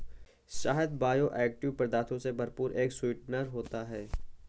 शहद बायोएक्टिव पदार्थों से भरपूर एक स्वीटनर होता है